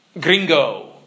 gringo